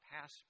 pass